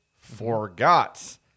forgot